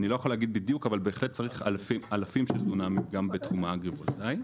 אבל בהחלט צריך אלפים של דונמים גם בתחום האגרי-וולטאי.